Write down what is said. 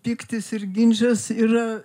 pyktis ir ginčas yra